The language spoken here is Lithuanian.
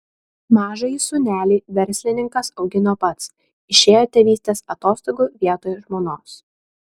mažąjį sūnelį verslininkas augino pats išėjo tėvystės atostogų vietoj žmonos